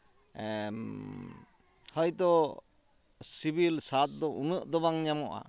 ᱦᱳᱭᱛᱳ ᱥᱤᱵᱤᱞ ᱥᱟᱫ ᱫᱚ ᱩᱱᱟᱹᱜ ᱫᱚ ᱵᱟᱝ ᱧᱟᱢᱚᱜᱼᱟ